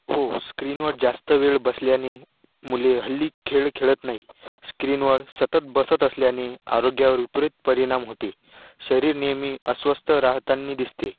हो स्क्रीनवर जास्त वेळ बसल्याने मुले हल्ली खेळ खेळत नाहीत स्क्रीनवर सतत बसत असल्याने आरोग्यावर विपरीत परिणाम होते शरीर नेहमी अस्वस्थ राहतानी दिसते